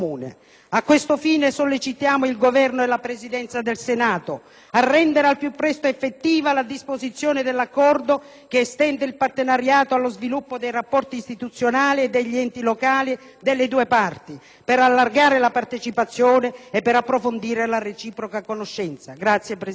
A questo fine sollecitiamo il Governo e la Presidenza del Senato a rendere al più presto effettiva la disposizione dell'accordo che estende il partenariato allo sviluppo dei rapporti istituzionali e degli enti locali delle due parti, per allargare la partecipazione e per approfondire la reciproca conoscenza. *(Applausi